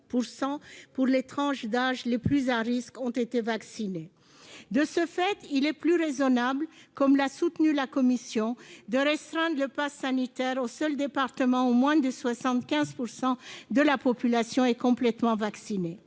aux tranches d'âge les plus à risque, ont été vaccinés. De ce fait, il est plus raisonnable, comme l'a soutenu la commission, de restreindre le passe sanitaire aux seuls départements dans lesquels moins de 75 % de la population est complètement vaccinée.